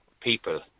people